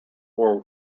war